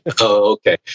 okay